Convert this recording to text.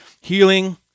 healing